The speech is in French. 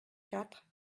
quatre